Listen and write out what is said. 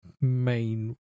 main